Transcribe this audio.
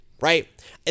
right